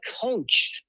coach